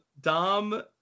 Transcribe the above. Dom